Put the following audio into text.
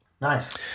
nice